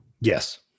Yes